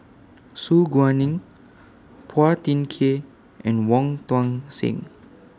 Su Guaning Phua Thin Kiay and Wong Tuang Seng